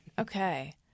Okay